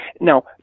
Now